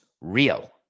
Real